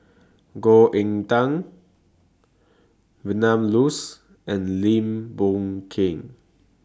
Goh Eck Kheng Vilma Laus and Lim Boon Keng